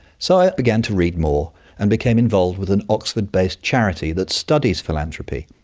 so i began to read more and became involved with an oxford based charity that studies philanthropy,